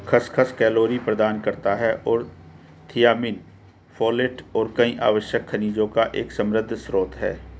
खसखस कैलोरी प्रदान करता है और थियामिन, फोलेट और कई आवश्यक खनिजों का एक समृद्ध स्रोत है